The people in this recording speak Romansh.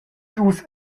dus